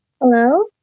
Hello